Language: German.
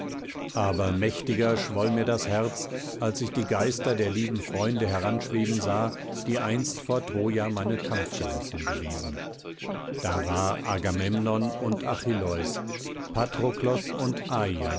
aber mächtiger schwoll mir das herz als ich die geister der lieben freunde heranschweben sah die einst vor troja meine kampfgenossen gewesen da war agamemnon und achilleus patroklos und